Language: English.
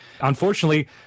Unfortunately